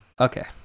Okay